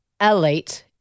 Elite